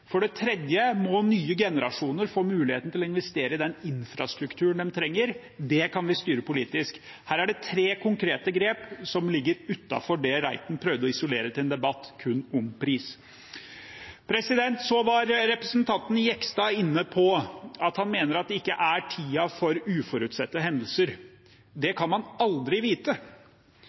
For det tredje må nye generasjoner få muligheten til å investere i den infrastrukturen de trenger. Det kan vi styre politisk. Her er det tre konkrete grep som ligger utenfor det representanten Reiten prøvde å isolere til en debatt kun om pris. Så var representanten Jegstad inne på at han mener at det ikke er tiden for uforutsette hendelser. Det kan man aldri vite.